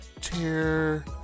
tear